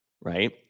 right